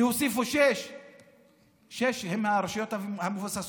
שיוסיפו 6. 6 זה הרשויות המבוססות.